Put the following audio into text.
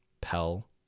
Pell